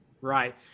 Right